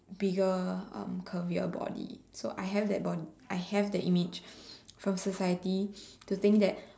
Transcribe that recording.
bigger um curvier body so I have that body I have that image from society to think that